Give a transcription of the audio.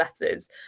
letters